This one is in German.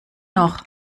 noch